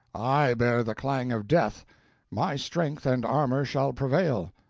i bear the clang of death my strength and armor shall prevail.